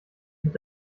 mit